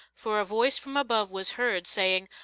for a voice from above was heard, saying,